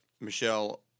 Michelle